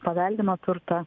paveldimą turtą